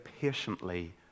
patiently